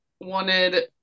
wanted